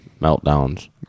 meltdowns